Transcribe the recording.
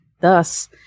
Thus